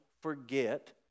forget